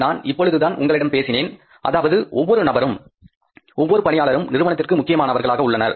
நான் இப்பொழுதுதான் உங்களிடம் பேசினேன் அதாவது ஒவ்வொரு நபரும் ஒவ்வொரு பணியாளரும் நிறுவனத்திற்கு முக்கியமானவர்களாக உள்ளனர்